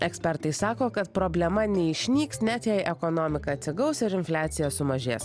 ekspertai sako kad problema neišnyks net jei ekonomika atsigaus ir infliacija sumažės